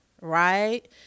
right